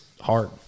hard